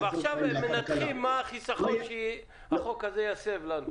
הם עכשיו מנתחים מה החיסכון שהחוק הזה יסב לנו.